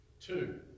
Two